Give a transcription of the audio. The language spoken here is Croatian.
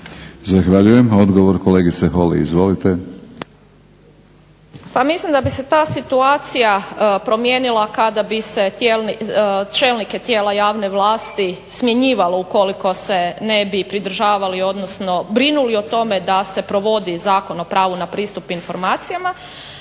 Zahvaljujem. Odgovor kolegice Holy, izvolite. **Holy, Mirela (SDP)** Pa mislim da bi se ta situacija promijenila kada bi se čelnike tijela javne vlasti smjenjivalo ukoliko se ne bi pridržavali, odnosno brinuli o tome da se provodi Zakon o pravu na pristup informacijama.